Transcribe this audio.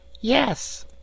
yes